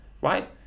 right